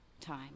time